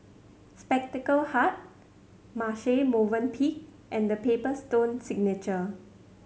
Spectacle Hut Marche Movenpick and The Paper Stone Signature